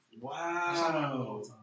Wow